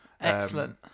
excellent